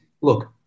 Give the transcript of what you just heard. look